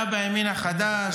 היה בימין החדש,